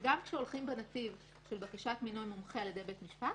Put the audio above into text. גם כשהולכים בנתיב של בקשת מינוי מומחה על ידי בית משפט,